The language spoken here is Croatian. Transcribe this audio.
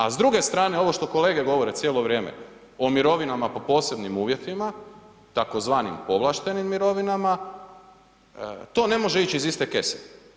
A s druge strane, ovo što kolege govore cijelo vrijeme o mirovinama po posebnim uvjetima tzv. povlaštenim mirovinama, to ne može ić iz iste kese.